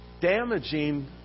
damaging